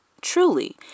truly